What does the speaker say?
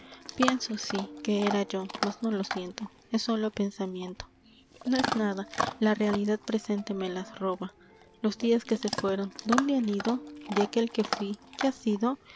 pienso sí que era yo mas no lo siento es sólo pensamiento no es nada la realidad presente me las roba los días que se fueron dónde han ido de aquel que fui qué ha sido